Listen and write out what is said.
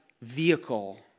vehicle